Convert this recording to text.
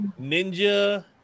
Ninja